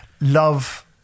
love